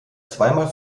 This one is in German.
zweimal